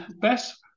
best